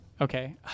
Okay